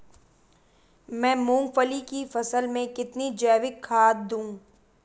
मैं मूंगफली की फसल में कितनी जैविक खाद दूं?